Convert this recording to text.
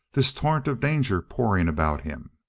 this torrent of danger pouring about him.